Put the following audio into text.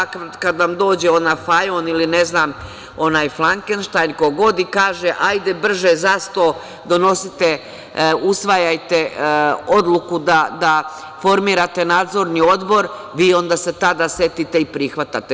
Kada vam dođe ona Fajon ili, ne znam, onaj Flankenštajn, ko god, i kaže – hajde brže za sto, donosite, usvajajte odluku da formirate Nadzorni odbor, vi se onda setite i prihvatate.